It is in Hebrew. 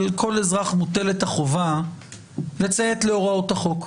על כל אזרח מוטלת החובה לציית להוראות החוק,